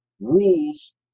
rules